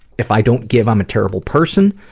if i don't give i'm a terrible person,